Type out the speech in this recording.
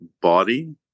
body